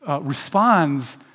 responds